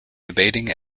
debating